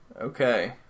Okay